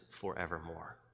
forevermore